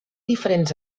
diferents